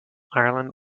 ireland